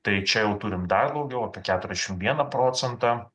tai čia jau turim dar daugiau apie keturiasdešim vieną procentą